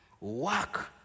Work